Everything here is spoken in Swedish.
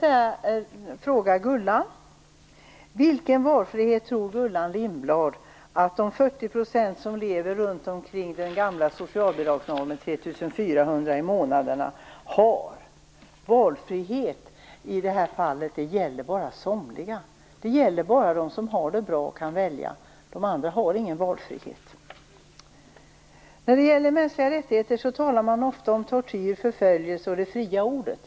procenten har som lever runt den gamla socialbidragsnormen, 3 400 kr i månaden? Valfrihet i det här fallet gäller bara somliga. Den gäller bara dem som har det bra och som kan välja. De andra har ingen valfrihet. När det gäller mänskliga rättigheter talas det ofta om tortyr, förföljelse och det fria ordet.